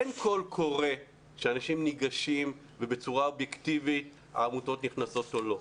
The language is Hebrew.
אין קול קורא שאנשים ניגשים ובצורה אובייקטיבית העמותות נכנסות או לא.